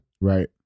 Right